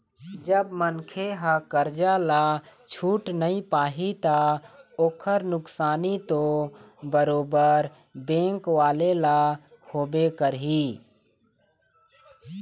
जब मनखे ह करजा ल छूट नइ पाही ता ओखर नुकसानी तो बरोबर बेंक वाले ल होबे करही